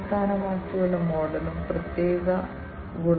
അടിസ്ഥാനപരമായി സിപിയുവും മെമ്മറിയും തമ്മിലുള്ള പ്രതിപ്രവർത്തനം സംഭവിക്കുന്നു